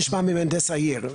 נשמע ממהנדס העיר.